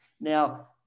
Now